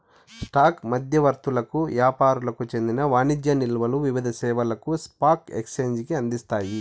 stock మధ్యవర్తులకు యాపారులకు చెందిన వాణిజ్య నిల్వలు వివిధ సేవలను స్పాక్ ఎక్సేంజికి అందిస్తాయి